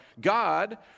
God